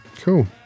Cool